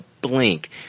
Blink